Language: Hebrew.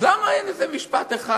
אז למה אין איזה משפט אחד